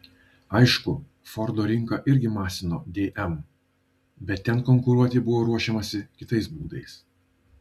aišku fordo rinka irgi masino dm bet ten konkuruoti buvo ruošiamasi kitais būdais